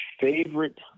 favorite